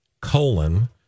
colon